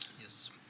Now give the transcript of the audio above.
Yes